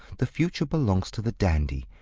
the future belongs to the dandy.